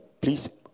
please